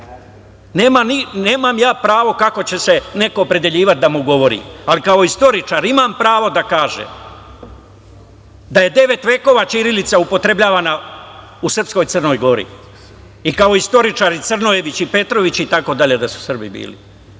Nemam ja pravo kako će se neko opredeljivati da mu govorim, ali kao istoričar imam pravo da kažem da je devet vekova ćirilica upotrebljavana u srpskoj Crnoj Gori, i kao istoričar i Crnojević i Petrović itd. da su Srbi bili. Pa,